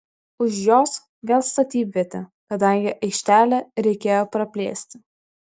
už jos vėl statybvietė kadangi aikštelę reikėjo praplėsti